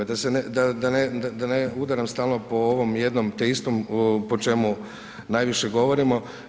Da ne udaram stalno po ovom jednom te istom, po čemu, najviše govorimo.